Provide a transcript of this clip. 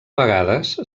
vegades